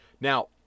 Now